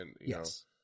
Yes